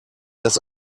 dass